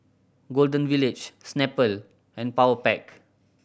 Golden Village Snapple and Powerpac